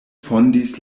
fondis